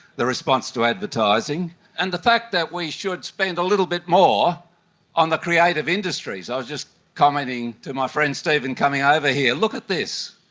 the response to advertising, and the fact that we should spend a little bit more on the creative industries. i was just commenting to my friend steven coming over here, look at this,